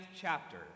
chapter